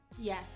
Yes